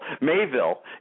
Mayville